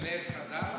תשנה את חז"ל עכשיו?